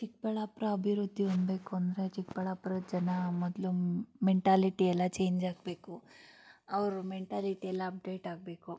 ಚಿಕ್ಕಬಳ್ಳಾಪುರ ಅಭಿವೃದ್ಧಿ ಹೊಂದಬೇಕು ಅಂದರೆ ಚಿಕ್ಬಳ್ಳಾಪುರದ ಜನ ಮೊದಲು ಮೆಂಟಾಲಿಟಿ ಎಲ್ಲ ಚೇಂಜ್ ಆಗಬೇಕು ಅವ್ರ ಮೆಂಟಾಲಿಟಿ ಎಲ್ಲ ಅಪ್ಡೇಟ್ ಆಗಬೇಕು